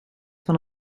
van